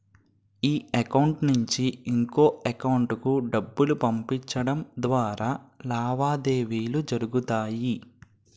ఈ అకౌంట్ నుంచి ఇంకొక ఎకౌంటుకు డబ్బులు పంపించడం ద్వారా లావాదేవీలు జరుగుతాయి